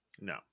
No